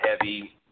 heavy